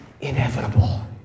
inevitable